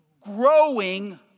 growing